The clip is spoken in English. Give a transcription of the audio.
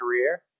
career